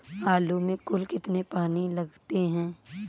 आलू में कुल कितने पानी लगते हैं?